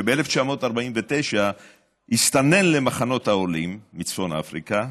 וב-1949 הסתנן למחנות העולים מצפון אפריקה